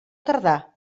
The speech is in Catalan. tardà